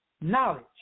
knowledge